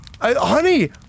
honey